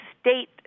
state